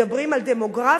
מדברים על דמוגרפיה?